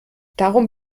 darum